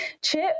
Chip